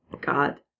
God